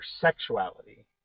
sexuality